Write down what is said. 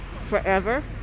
forever